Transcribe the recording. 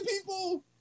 people